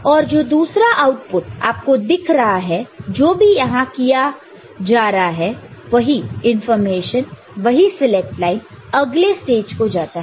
और जो दूसरा आउटपुट आपको दिख रहा है जो भी यहां किया जा रहा है वही इंफॉर्मेशन वही सिलेक्ट लाइन अगले स्टेज को जाता है